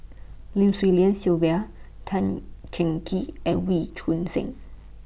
Lim Swee Lian Sylvia Tan Cheng Kee and Wee Choon Seng